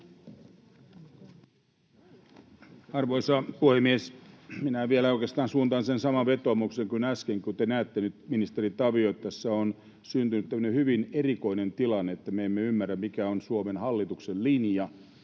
Arvoisa puhemies! Minä vielä oikeastaan suuntaan sen saman vetoomuksen kuin äsken: Kuten näette, ministeri Tavio, tässä on nyt syntynyt tämmöinen hyvin erikoinen tilanne, että me emme ymmärrä, mikä on Suomen hallituksen linja,